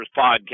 Podcast